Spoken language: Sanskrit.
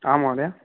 आं महोदय